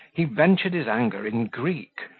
he vented his anger in greek.